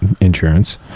insurance